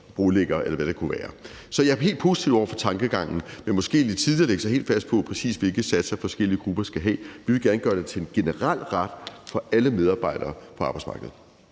brolægger, eller hvad det kan være. Så jeg er helt positiv over for tankegangen, men det er måske lidt tidligt at lægge sig helt fast på, præcis hvilke satser forskellige grupper skal have. Vi vil gerne gøre det til en generel ret for alle medarbejdere på arbejdsmarkedet.